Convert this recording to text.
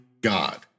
God